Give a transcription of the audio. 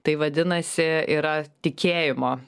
taip vadinasi yra tikėjimo